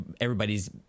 everybody's